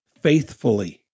faithfully